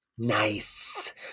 Nice